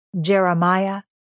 Jeremiah